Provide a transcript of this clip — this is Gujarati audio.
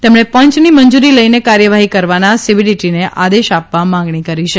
તેમણે પંયની મંજૂરી લઇને કાર્યવાહી કરવાના સીબીડીટીને આદેશ આપવા માગણી કરી છે